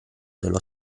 dello